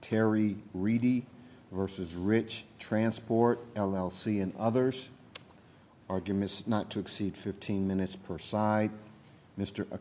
terry reedy versus rich transport l l c and others arguments not to exceed fifteen minutes per side mr